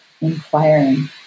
inquiring